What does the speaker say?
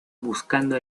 buscando